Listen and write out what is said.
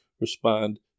respond